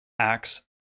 Acts